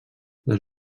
les